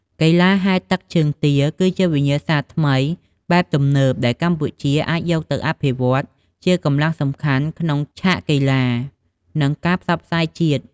កីឡាហែលទឹកជើងទាគឺជាវិញ្ញាសាថ្មីបែបទំនើបដែលកម្ពុជាអាចយកទៅអភិវឌ្ឍជាកម្លាំងសំខាន់ក្នុងឆាកកីឡា និងការផ្សព្វផ្សាយជាតិ។